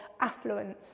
affluence